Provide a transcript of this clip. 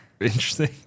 interesting